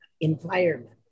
environment